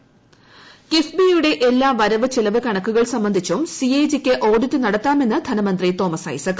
കിഫ് B Isaac കിഫ് ബിയുടെ എല്ലാ വരവ് ചെലവ് കണക്കുകൾ സംബന്ധിച്ചും സി എ ജി യ്ക്കു ഓഡിറ്റ് നടത്താമെന്ന് ധനമന്ത്രി തോമസ് ഐസക്